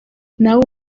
nawe